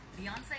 Beyonce